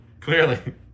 clearly